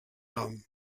nom